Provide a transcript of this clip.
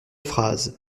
phrase